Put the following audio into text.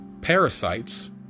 parasites